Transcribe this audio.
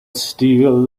steel